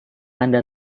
anda